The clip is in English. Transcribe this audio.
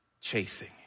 chasing